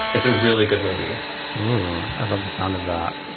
it's a really good movie i love the sound of that.